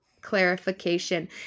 clarification